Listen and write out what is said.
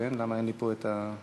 אני קובע שההצעה עברה,